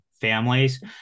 families